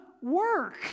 Work